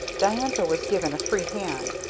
diantha was given a free hand,